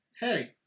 Hey